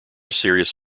serious